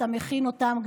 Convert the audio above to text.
אתה מכין אותם,